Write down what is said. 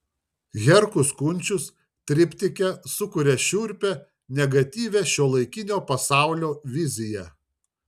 herkus kunčius triptike sukuria šiurpią negatyvią šiuolaikinio pasaulio viziją